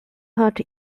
part